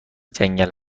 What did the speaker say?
جنگل